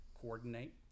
coordinate